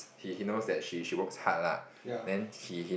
he he knows that she she works hard lah then he hin~